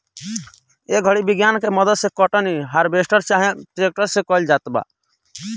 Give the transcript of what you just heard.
ए घड़ी विज्ञान के मदद से कटनी, हार्वेस्टर चाहे ट्रेक्टर से कईल जाता